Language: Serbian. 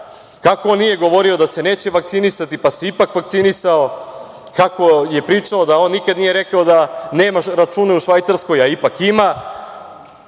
kako on nije govorio da se neće vakcinisati, pa se ipak vakcinisao, kako je pričao da on nikada nije rekao da nema račune u Švajcarskoj, a ipak ima,